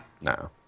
No